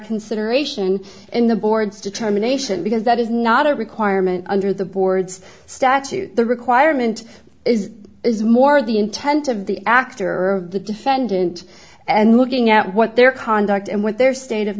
incineration in the board's determination because that is not a requirement under the board's statute the requirement is is more the intent of the actor or of the defendant and looking at what their conduct and what their state of